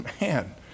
Man